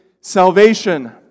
salvation